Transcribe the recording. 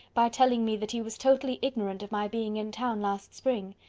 by telling me that he was totally ignorant of my being in town last spring!